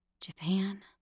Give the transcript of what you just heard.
Japan